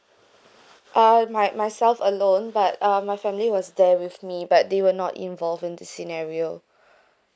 ah my myself alone but uh my family was there with me but they were not involved in this scenario